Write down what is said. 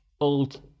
old